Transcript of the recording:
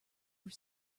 were